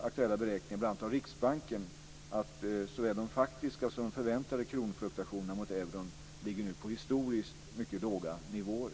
Aktuella beräkningar av bl.a. Riksbanken visar att såväl de faktiska som de förväntade kronfluktuationerna mot euron nu ligger på historiskt mycket låga nivåer.